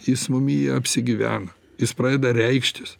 jis mumyje apsigyvena jis pradeda reikštis